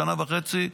שנה וחצי,